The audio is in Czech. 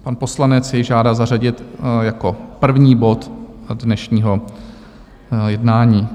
Pan poslanec si jej žádá zařadit jako první bod dnešního jednání.